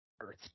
Earth